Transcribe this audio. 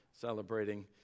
celebrating